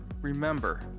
remember